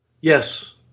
Yes